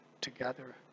together